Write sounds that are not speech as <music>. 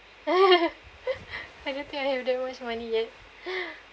<laughs> like I tell you I don't have much money yet